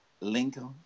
Lincoln